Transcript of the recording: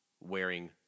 wearing